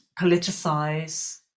politicize